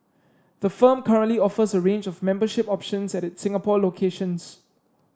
the firm currently offers a range of membership options at its Singapore locations